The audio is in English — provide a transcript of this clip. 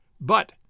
But